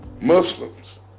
Muslims